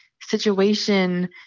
situation